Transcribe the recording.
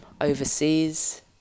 overseas